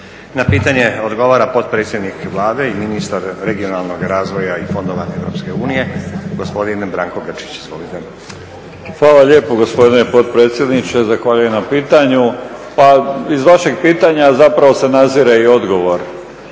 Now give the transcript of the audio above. Na pitanje odgovara potpredsjednik Vlade i ministar regionalnog razvoja i fondove Europske unije, gospodin Branko Grčić. Izvolite. **Grčić, Branko (SDP)** Hvala lijepo gospodine potpredsjedniče. Zahvaljujem na pitanju. Pa iz vašeg pitanja zapravo se nazire i odgovor.